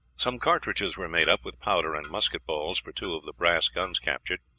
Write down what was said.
some cartridges were made up with powder and musket bullets for two of the brass guns captured,